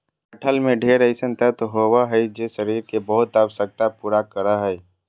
कटहल में ढेर अइसन तत्व होबा हइ जे शरीर के बहुत आवश्यकता पूरा करा हइ